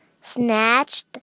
snatched